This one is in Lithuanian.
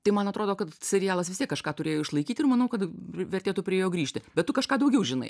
tai man atrodo kad serialas vis tiek kažką turėjo išlaikyt ir manau kad vertėtų prie jo grįžti bet tu kažką daugiau žinai